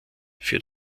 für